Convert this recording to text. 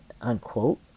unquote